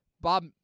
Bob